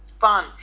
fun